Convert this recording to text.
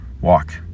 Walk